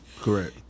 Correct